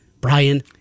Brian